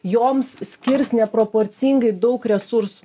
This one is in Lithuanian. joms skirs neproporcingai daug resursų